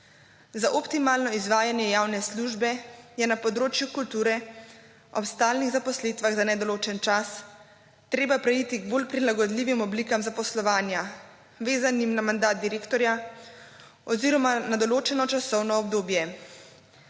Za optimalno izvajanje javne službe je na področju kulture ob stalnih zaposlitvah za nedoločen čas treba preiti k bolj prilagodljivim oblikam zaposlovanja vezanim na mandat direktorja oziroma na določeno časovno obdobje.